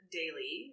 daily